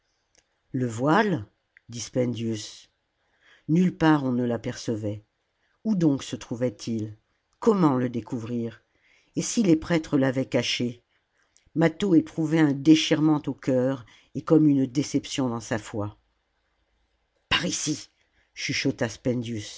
le voile dit spendius nulle part on ne l'apercevait oii donc se trouvait-il comment le découvrir et si les prêtres l'avaient caché mâtho éprouvait un déchirement au cœur et comme une déception dans sa foi par ici chuchota